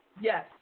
Yes